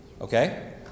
Okay